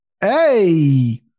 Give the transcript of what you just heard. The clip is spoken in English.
hey